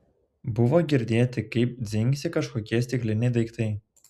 buvo girdėti kaip dzingsi kažkokie stikliniai daiktai